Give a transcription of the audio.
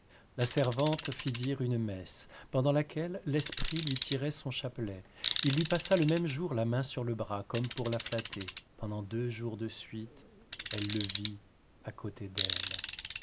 la servante fit dire une messe pendant laquelle l'esprit lui tirait son chapelet il lui passa le même jour la main sur le bras comme pour la flatter pendant deux jours de suite elle le vit à côté d'elle